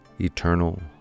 eternal